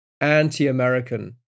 anti-American